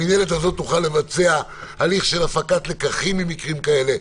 המינהלת הזאת תוכל לבצע הליך של הפקת לקחים ממקרים כאלה,